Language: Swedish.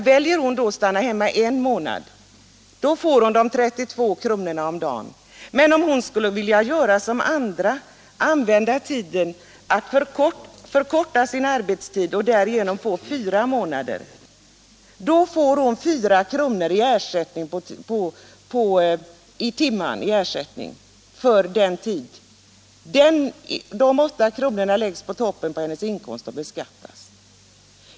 Väljer hon då att stanna hemma en 17 maj 1977 månad, får hon 32 kr. om dagen, men om hon på samma sätt som andra vill använda pengarna till att förkorta sin arbetstid med två timmar och = Föräldraförsäkringdärigenom får dem utspridda på fyra månader, får hon en ersättning en, m.m. av 4 kr. i timmen för denna tid, eftersom de 8 kronorna per dag läggs på toppen av hennes inkomst och beskattas där.